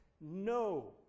No